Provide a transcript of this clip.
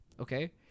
okay